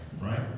right